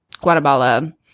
Guatemala